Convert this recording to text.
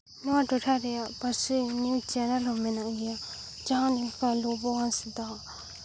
ᱱᱚᱣᱟ ᱴᱚᱴᱷᱟ ᱨᱮᱭᱟᱜ ᱯᱟᱹᱨᱥᱤ ᱱᱤᱭᱩᱡᱽ ᱪᱮᱱᱮᱞ ᱫᱚ ᱢᱮᱱᱟᱜ ᱜᱮᱭᱟ ᱡᱟᱦᱟᱸ ᱞᱮᱠᱟ ᱞᱚᱵᱚ ᱦᱟᱸᱥᱫᱟ